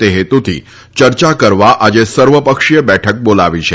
તે હેતુથી ચર્ચા કરવા આજે સર્વ પક્ષીય બેઠક બોલાવી છે